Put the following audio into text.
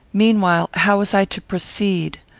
meanwhile, how was i to proceed?